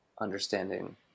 understanding